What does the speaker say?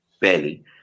barely